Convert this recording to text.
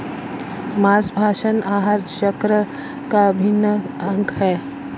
माँसभक्षण आहार चक्र का अभिन्न अंग है